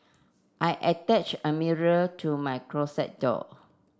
I attach a mirror to my closet door